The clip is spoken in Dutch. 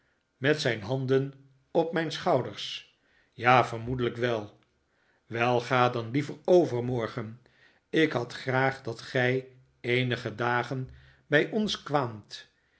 met zijn handen op mijn schouders ja vermoedelijk wel wel ga dan liever overmorgen ik had graag dat gij eenige dagen bij ons kwaamt